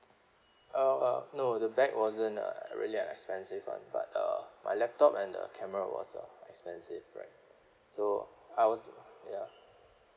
oh uh no the bag wasn't uh really an expensive one but uh my laptop and the camera was uh expensive right so I was ya